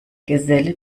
geselle